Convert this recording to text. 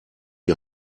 die